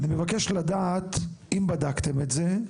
אני מבקש לדעת אם בדקתם את זה,